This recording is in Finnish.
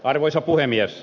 arvoisa puhemies